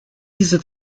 diese